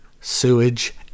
sewage